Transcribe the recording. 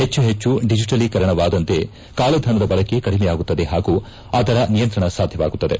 ಹೆಚ್ಚು ಹೆಚ್ಚು ಡಿಜಿಟಲೀಕರಣವಾದಂತೆ ಕಾಳಧನದ ಬಳಕೆ ಕಡಿಮೆಯಾಗುತ್ತದೆ ಪಾಗೂ ಆದರ ನಿಯಂತ್ರಣ ಸಾಧ್ಯವಾಗುತ್ತದೆ